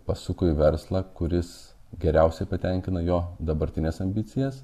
pasuko į verslą kuris geriausiai patenkina jo dabartines ambicijas